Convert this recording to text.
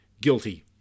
guilty